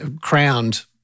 crowned